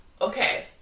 okay